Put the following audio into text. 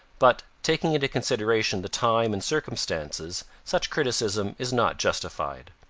but, taking into consideration the time and circumstances, such criticism is not justified.